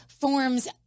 forms